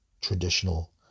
traditional